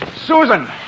Susan